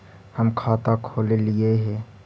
हम खाता खोलैलिये हे?